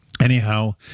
Anyhow